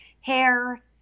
hair